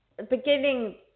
Beginning